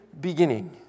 beginning